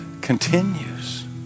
continues